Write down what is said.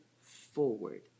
forward